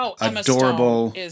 adorable